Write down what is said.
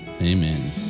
Amen